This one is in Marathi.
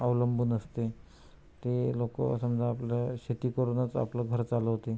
अवलंबून असते ते लोक समजा आपलं शेती करूनच आपलं घर चालवते